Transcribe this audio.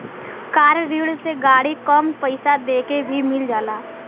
कार ऋण से गाड़ी कम पइसा देके भी मिल जाला